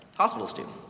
hospitals do.